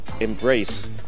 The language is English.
Embrace